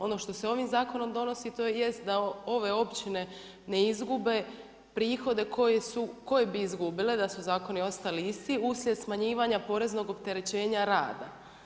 Ono što se ovim zakonom donosi to jest da ove općine ne izgube prihode koje bi izgubile da su zakoni ostali isti uslijed smanjivanja poreznog opterećenja rada.